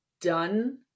done